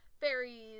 fairies